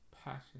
passion